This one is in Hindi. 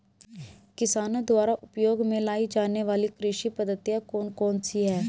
किसानों द्वारा उपयोग में लाई जाने वाली कृषि पद्धतियाँ कौन कौन सी हैं?